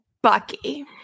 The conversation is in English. Bucky